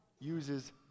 uses